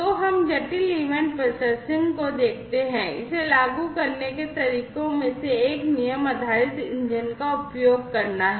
तो हम जटिल ईवेंट प्रोसेसिंग को देखते हैं इसे लागू करने के तरीकों में से एक नियम आधारित इंजन का उपयोग करना है